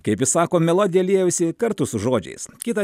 kaip jis sako melodija liejosi kartu su žodžiais kitą